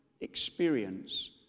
experience